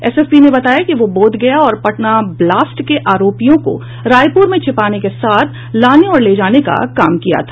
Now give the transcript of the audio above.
SSP ने बताया कि वह बोधगया और पटना ब्लास्ट के आरोपियों को रायपूर में छिपाने के साथ लाने और ले जाने का काम किया था